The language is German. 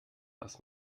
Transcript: dass